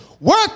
Work